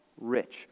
rich